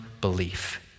belief